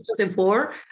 2004